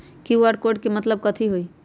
QR code के मतलब कथी होई?